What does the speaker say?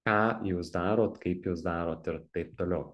ką jūs darot kaip jūs darot ir taip toliau